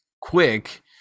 quick